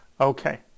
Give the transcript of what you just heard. Okay